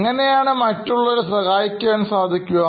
എങ്ങനെയാണ് മറ്റുള്ളവരെ സഹായിക്കാൻ സാധിക്കുക